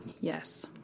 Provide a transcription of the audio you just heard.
Yes